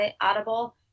Audible